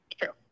True